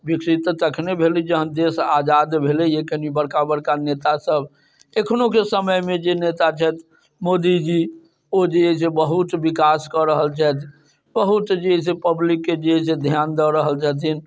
विकसित तऽ तखने भेलै जहन देश आजाद भेलै कनि बड़का बड़का नेता सब एखनोके समयमे जे नेता छथि मोदी जी ओ जे है से बहुत विकास कऽ रहल छथि बहुत जे है से पब्लिकके जे है से ध्यान दऽ रहल छथिन